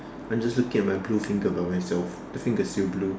I'm just looking at my blue finger by myself I think it's still blue